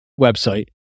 website